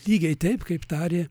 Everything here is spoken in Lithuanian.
lygiai taip kaip tarė